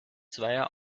zweier